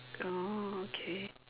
oh okay